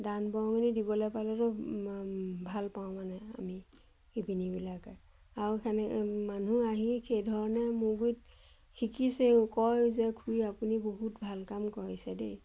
দান বৰঙণি দিবলৈ পালেতো ভাল পাওঁ মানে আমি শিপিনীবিলাকে আৰু সেনেকৈ মানুহ আহি সেইধৰণে মোৰ গুৰিত শিকিছেও কয় যে খুড়ী আপুনি বহুত ভাল কাম কৰিছে দেই